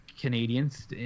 Canadians